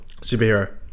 Superhero